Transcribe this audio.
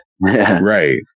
Right